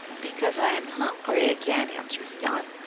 because i am hungry again, answered jan.